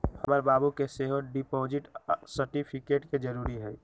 हमर बाबू के सेहो डिपॉजिट सर्टिफिकेट के जरूरी हइ